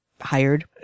hired